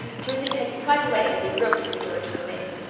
turned his head quite away as he groped for the door to go in.